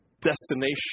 destination